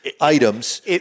items